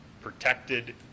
protected